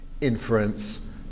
inference